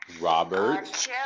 Robert